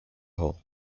hole